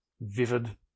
vivid